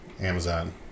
Amazon